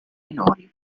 minori